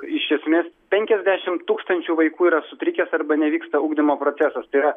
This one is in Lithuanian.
iš esmės penkiasdešimt tūkstančių vaikų yra sutrikęs arba nevyksta ugdymo procesas tai yra